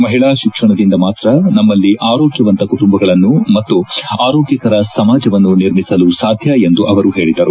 ಮಹಿಳಾ ಶಿಕ್ಷಣದಿಂದ ಮಾತ್ರ ನಮಲ್ಲಿ ಆರೋಗ್ಯವಂತ ಕುಟುಂಬಗಳನ್ನು ಮತ್ತು ಆರೋಗ್ಯಕರ ಸಮಾಜವನ್ನು ನಿರ್ಮಿಸಲು ಸಾಧ್ಯ ಎಂದು ಅವರು ಹೇಳಿದರು